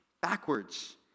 Backwards